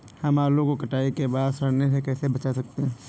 हम आलू को कटाई के बाद सड़ने से कैसे बचा सकते हैं?